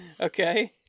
Okay